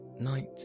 night